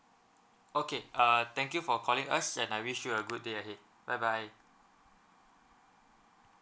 okay uh thank you for calling us and I wish you a good day ahead bye bye